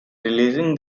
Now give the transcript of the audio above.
releasing